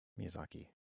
Miyazaki